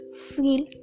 feel